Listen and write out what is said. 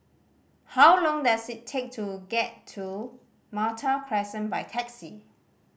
how long does it take to get to Malta Crescent by taxi